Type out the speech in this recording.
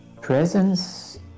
Presence